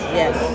yes